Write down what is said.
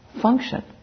function